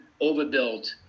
overbuilt